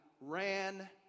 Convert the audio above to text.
ran